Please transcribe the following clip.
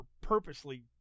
purposely